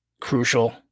crucial